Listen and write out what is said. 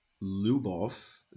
Lubov